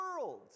world